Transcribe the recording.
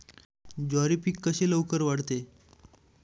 ज्वारी पीक कसे लवकर वाढते?